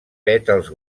pètals